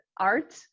art